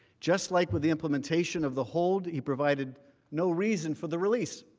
just like with the implantation of the hold, he provided no reason for the release